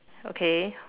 okay